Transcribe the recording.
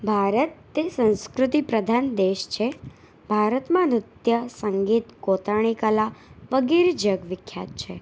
ભારત તે સંસ્કૃતિ પ્રધાન દેશ છે ભારતમાં નૃત્ય સંગીત કોતરણી કલા વગેરે જગવિખ્યાત છે